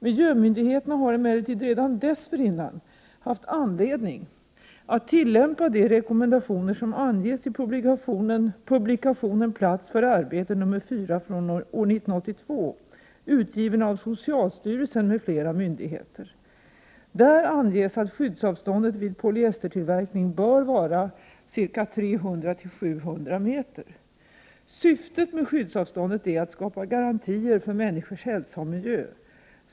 Miljömyndigheterna har emellertid redan dessförinnan haft anledning att tillämpa de rekommendationer som anges i publikationen Plats för arbete nr 4 från år 1982 utgiven av socialstyrelsen m.fl. myndigheter. Där anges att skyddsavståndet vid polyestertillverkning bör vara ca 300-700 meter. Syftet med skyddsavståndet är att skapa garantier för människors hälsa och för miljön.